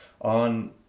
on